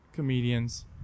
comedians